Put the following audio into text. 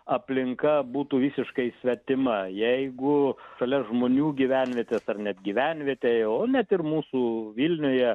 aplinka būtų visiškai svetima jeigu šalia žmonių gyvenvietės ar net gyvenvietėje o net ir mūsų vilniuje